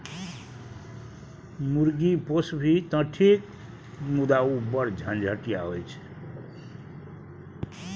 मुर्गी पोसभी तँ ठीक मुदा ओ बढ़ झंझटिया होए छै